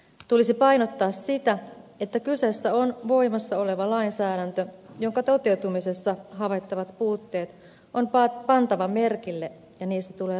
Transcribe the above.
tulisi painottaa sitä että kyseessä on voimassa oleva lainsäädäntö jonka toteutumisessa havaittavat puutteet on pantava merkille ja niistä tulee raportoida